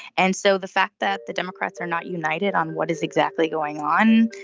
and so the fact that the democrats are not united on what is exactly going on.